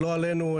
לא עלינו,